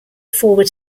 forward